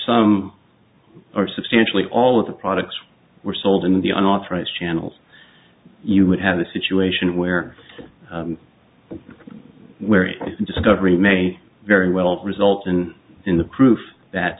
some or substantially all of the products were sold in the unauthorized channels you would have a situation where discovery may very well result in in the proof that